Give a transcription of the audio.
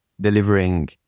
delivering